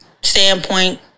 standpoint